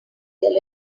their